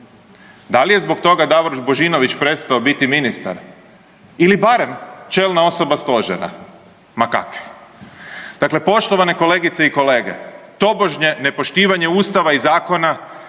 Da li je zbog toga Davor Božinović prestao biti ministar ili barem čelna osoba Stožera? Ma kakvi. Dakle, poštovane kolegice i kolege, tobožnje nepoštivanje Ustava i zakona